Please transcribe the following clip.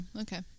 okay